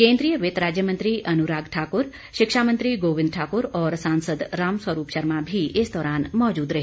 केन्द्रीय वित्त राज्य मंत्री अनुराग ठाकुर शिक्षा मंत्री गोविन्द ठाकुर और सांसद राम स्वरूप शर्मा भी इस दौरान मौजूद रहे